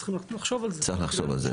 צריך לחשוב על זה.